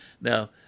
Now